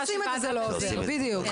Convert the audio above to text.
גם אם עושים את זה זה לא עוזר, כן, בדיוק.